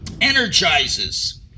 energizes